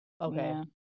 okay